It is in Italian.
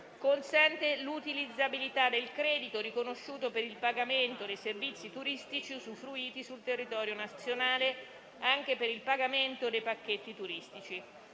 consente l'utilizzabilità del credito riconosciuto per il pagamento dei servizi turistici usufruiti sul territorio nazionale anche per il pagamento dei pacchetti turistici.